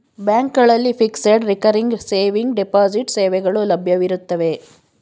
ಬ್ಯಾಂಕ್ಗಳಲ್ಲಿ fixed, recurring saving, deposit ಸೇವೆಗಳು ಲಭ್ಯವಿರುತ್ತವೆ